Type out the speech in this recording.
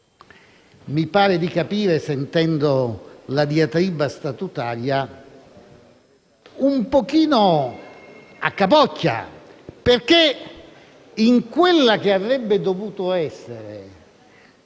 mi pare di capire sentendo la diatriba statutaria - un pochino "a capocchia", perché in quella che avrebbe dovuto essere,